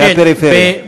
הגליל והפריפריה.